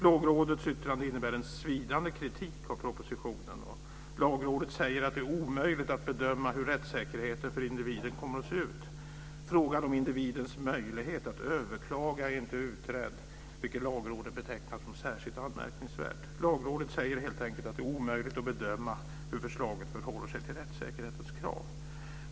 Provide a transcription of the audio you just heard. Lagrådets yttrande innebär en svidande kritik av propositionen. Lagrådet säger att det är omöjligt att bedöma hur rättssäkerheten för individer kommer att se ut. Frågan om individens möjlighet att överklaga är inte utredd, vilket Lagrådet betecknar som särskilt anmärkningsvärt. Lagrådet säger helt enkelt att det är omöjligt att bedöma hur förslaget förhåller sig till rättssäkerhetens krav.